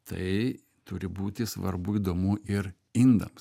tai turi būti svarbu įdomu ir indams